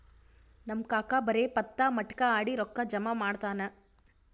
ನಮ್ ಕಾಕಾ ಬರೇ ಪತ್ತಾ, ಮಟ್ಕಾ ಆಡಿ ರೊಕ್ಕಾ ಜಮಾ ಮಾಡ್ತಾನ